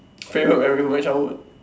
favourite memory of your childhood